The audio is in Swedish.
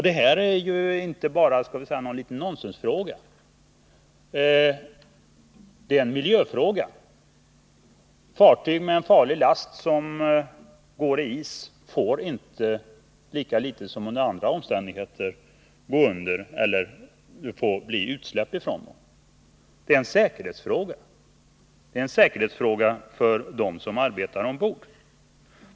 Detta är inte någon liten nonsensfråga — det är en miljöfråga. Fartyg med farlig last, som går i is, får inte — lika litet som under andra omständigheter — gå under. Inte heller får det bli några utsläpp från sådana fartyg. Detta är en säkerhetsfråga för dem som arbetar ombord.